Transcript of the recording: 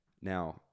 Now